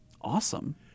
Awesome